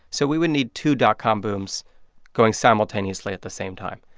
so we would need two dot-com booms going simultaneously, at the same time.